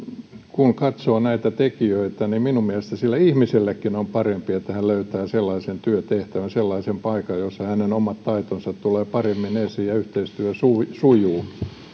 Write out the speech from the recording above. kun katsoo näitä tekijöitä niin minun mielestäni sille ihmisellekin on on parempi että hän löytää sellaisen työtehtävän sellaisen paikan jossa hänen omat taitonsa tulevat paremmin esiin ja yhteistyö sujuu sujuu